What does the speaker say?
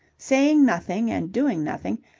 saying nothing and doing nothing,